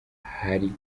hari